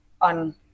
on